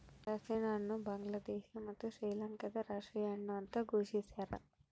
ಹಲಸಿನಹಣ್ಣು ಬಾಂಗ್ಲಾದೇಶ ಮತ್ತು ಶ್ರೀಲಂಕಾದ ರಾಷ್ಟೀಯ ಹಣ್ಣು ಅಂತ ಘೋಷಿಸ್ಯಾರ